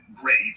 great